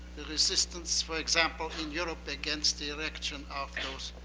the resistance, for example, in europe against the erection of those